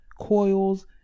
coils